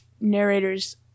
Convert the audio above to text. narrator's